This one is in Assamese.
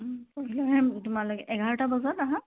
পৰহি তোমালোকে এঘাৰটা বজাত আহা